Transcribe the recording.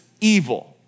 evil